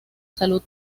salud